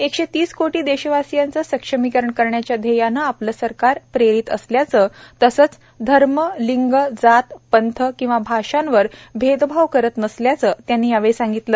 एकशे तीस कोटी देशवासियांचं सक्षमीकरण करण्याच्या ध्येयानं आपलं सरकार प्रेरीत असल्याचं तसंच धर्म लिंग जात पंथ किंवा भाषावार भेदभाव करत नसल्याचं त्यांनी यावेळी सांगितलं